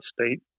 state